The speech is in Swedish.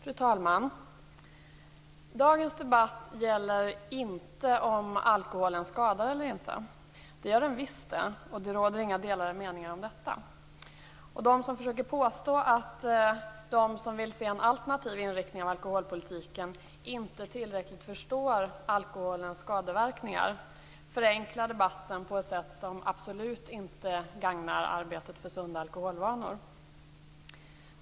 Fru talman! Dagens debatt gäller inte om alkoholen skadar eller inte. Det gör den. Det råder inte delade meningar om detta. De som försöker påstå att de som vill se en alternativ inriktning av alkoholpolitiken inte tillräckligt förstår alkoholens skadeverkningar förenklar debatten på ett sätt som absolut inte gagnar arbetet för sunda alkoholvanor.